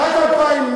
זה לא יכול להיות.